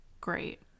great